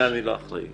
זה אני לא אחראי.